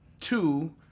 Two